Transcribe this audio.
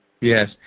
Yes